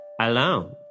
Alone